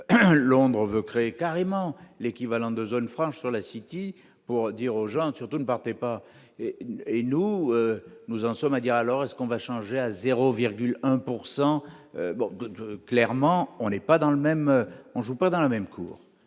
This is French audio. Londres veut créer carrément l'équivalent de zone franche sur la City pour dire aux gens, surtout ne partez pas, et nous nous en sommes à dire alors est-ce qu'on va changer à 0,1 pourcent Bourgogne clairement on n'est pas dans le même, on